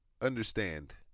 understand